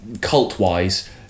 cult-wise